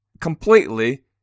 completely